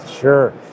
Sure